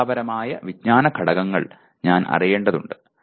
വസ്തുതാപരമായ വിജ്ഞാന ഘടകങ്ങൾ ഞാൻ അറിയേണ്ടതുണ്ട്